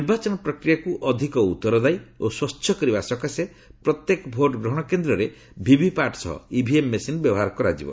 ନିର୍ବାଚନ ପ୍ରକ୍ରିୟାକୁ ଅଧିକ ଉତ୍ତରଦାୟୀ ଓ ସ୍ପଚ୍ଛ କରିବା ସକାଶେ ପ୍ରତ୍ୟେକ ଭୋଟ୍ଗ୍ରହଣ କେନ୍ଦ୍ରରେ ଭିଭିପାଟ୍ ସହ ଇଭିଏମ୍ ମେସିନ୍ ବ୍ୟବହାର କରାଯିବ